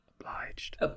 Obliged